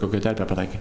kokią terpę pataikai